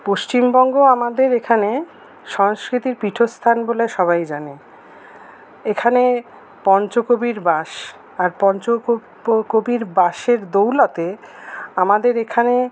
পশ্চিমবঙ্গ আমাদের এখানে সংস্কৃতির পীঠস্থান বলে সবাই জানে এখানে পঞ্চকবির বাস আর পঞ্চ কবির বাসের দৌলতে আমাদের এখানে